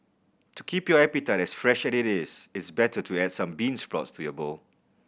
to keep your appetite as fresh as it is it's better to add some bean sprouts to your bowl